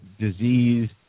disease